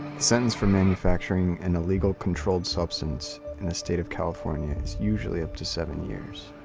sentence for manufacturing an illegal controlled substance in the state of california is usually up to seven years.